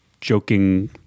joking